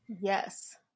Yes